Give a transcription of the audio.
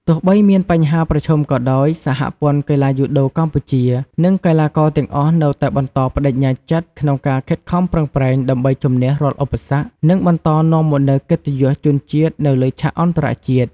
ទោះបីមានបញ្ហាប្រឈមក៏ដោយ សហព័ន្ធកីឡាយូដូកម្ពុជា និងកីឡាករទាំងអស់នៅតែបន្តប្តេជ្ញាចិត្តខ្ពស់ក្នុងការខិតខំប្រឹងប្រែងដើម្បីជម្នះរាល់ឧបសគ្គ និងបន្តនាំមកនូវកិត្តិយសជូនជាតិនៅលើឆាកអន្តរជាតិ ។